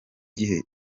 gihe